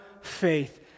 faith